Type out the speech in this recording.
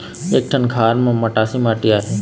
एक ठन खार म मटासी माटी आहे?